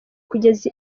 kugeza